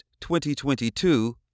2022